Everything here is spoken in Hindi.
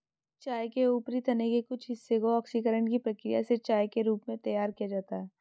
चाय के ऊपरी तने के कुछ हिस्से को ऑक्सीकरण की प्रक्रिया से चाय के रूप में तैयार किया जाता है